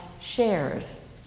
shares